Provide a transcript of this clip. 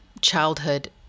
childhood